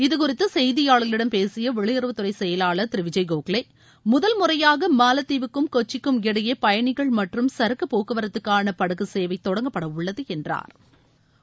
இதுகுறித்து செய்தியாளர்களிடம் பேசிய வெளியுறவுத்துறை செயவாளர் திரு விஜய் கோகலே முதல்முறையாக மாலத்தீவுக்கும் கொச்சிக்கும் இடையே பயனிகள் மற்றும் சரக்கு போக்குவரத்துக்கான படகு சேவை தொடங்கப்படவுள்ளது என்றாா்